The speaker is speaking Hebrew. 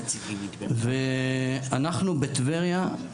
אנחנו בטבריה,